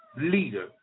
leader